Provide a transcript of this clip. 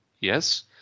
yes